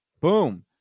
boom